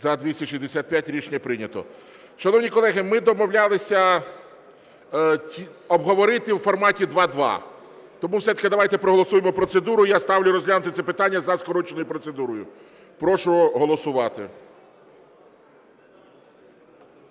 За-265 Рішення прийнято. Шановні колеги, ми домовлялися обговорити у форматі два-два. Тому все-таки давайте проголосуємо процедуру. Я ставлю розглянути це питання за скороченою процедурою. Прошу голосувати.